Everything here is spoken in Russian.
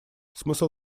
смысл